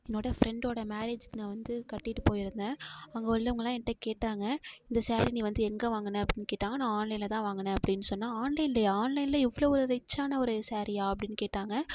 என்னோட ஃப்ரெண்டோட மேரேஜுக்கு நான் வந்து கட்டிகிட்டு போயிருந்தேன் அங்கே உள்ளவங்கள்லாம் என்கிட்ட கேட்டாங்க இந்த சாரீ நீ வந்து எங்கே வாங்கின அப்படீன்னு கேட்டாங்க நான் ஆன்லைனில் தான் வாங்கின அப்படீன்னு சொன்ன என்ன ஆன்லைன்லயா ஆன்லைனில் இவ்வளோ ஒரு ரிச்சான ஒரு சாரீயா அப்படீன்னு கேட்டாங்க